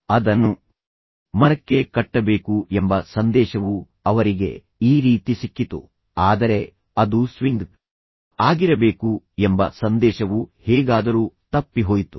ಅದನ್ನು ಮರಕ್ಕೆ ಕಟ್ಟಬೇಕು ಎಂಬ ಸಂದೇಶವು ಅವರಿಗೆ ಈ ರೀತಿ ಸಿಕ್ಕಿತು ಆದರೆ ಅದು ಸ್ವಿಂಗ್ ಆಗಿರಬೇಕು ಎಂಬ ಸಂದೇಶವು ಹೇಗಾದರೂ ತಪ್ಪಿಹೋಯಿತು